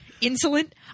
Insolent